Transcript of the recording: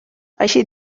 així